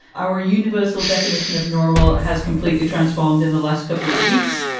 our universal definition of normal has completely transformed in the last couple of weeks.